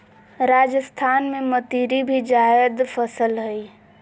राजस्थान में मतीरी भी जायद फसल हइ